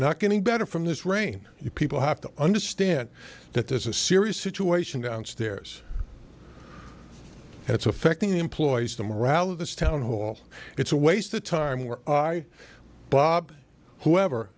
not getting better from this rain you people have to understand that there's a serious situation downstairs and it's affecting the employees the morale of this town hall it's a waste of time were i bob whoever